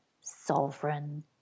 sovereign